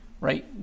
right